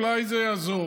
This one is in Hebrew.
אולי זה יעזור.